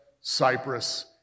Cyprus